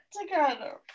together